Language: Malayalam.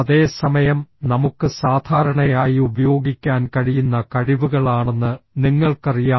അതേ സമയം നമുക്ക് സാധാരണയായി ഉപയോഗിക്കാൻ കഴിയുന്ന കഴിവുകളാണെന്ന് നിങ്ങൾക്കറിയാം